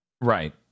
Right